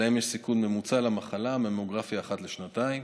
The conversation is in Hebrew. שלהן יש סיכון ממוצע למחלה, ממוגרפיה אחת לשנתיים,